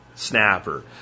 snapper